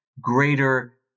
greater